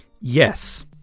Yes